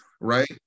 right